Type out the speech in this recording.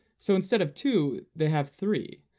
so instead of two, they have three,